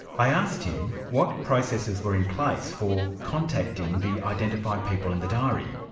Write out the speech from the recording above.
i asked him what processes were in place for contacting the identified people in the diary,